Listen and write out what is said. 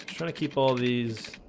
trying to keep all these